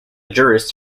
jurist